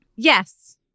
Yes